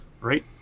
Right